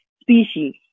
species